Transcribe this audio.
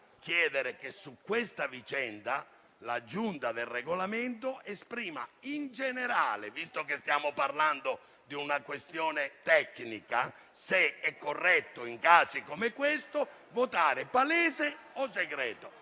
chiedere che su questa vicenda la Giunta per il Regolamento dica in generale, visto che stiamo parlando di una questione tecnica, se è corretto in casi come questo ricorrere al voto palese o segreto.